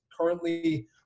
currently